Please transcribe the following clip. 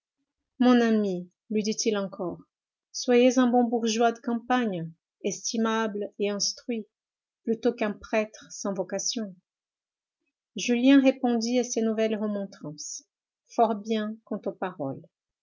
mon ami lui dit-il encore soyez un bon bourgeois de campagne estimable et instruit plutôt qu'un prêtre sans vocation julien répondit à ces nouvelles remontrances fort bien quant aux paroles